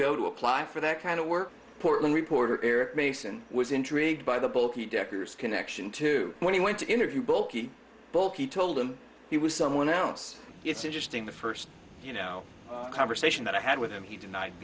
go to apply for that kind of work portland reporter eric mason was intrigued by the book he decker's connection to when he went to interview a bookie bulky told him he was someone else it's interesting the first you know conversation that i had with him he denied